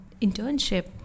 internship